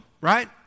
right